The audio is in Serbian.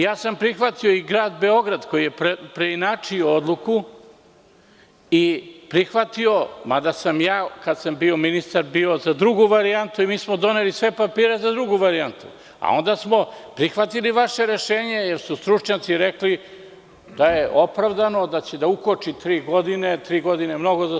Ja sam prihvatio i grad Beograd, koji je preinačio odluku, mada sam ja kada sam bio ministar bio za drugu varijantu i mi smo doneli sve papire za drugu varijantu, ali onda smo prihvatili vaše rešenje jer su stručnjaci rekli da je opravdano, da će da ukoči tri godine, itd.